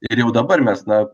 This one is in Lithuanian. ir jau dabar mes na